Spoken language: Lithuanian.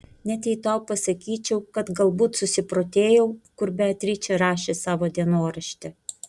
net jei tau pasakyčiau kad galbūt susiprotėjau kur beatričė rašė savo dienoraštį